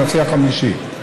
הנשיא החמישי,